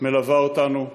מלווה אותנו.